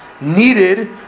needed